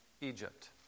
Egypt